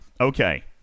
Okay